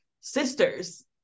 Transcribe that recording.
sisters